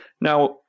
Now